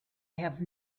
have